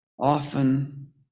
often